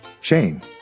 chain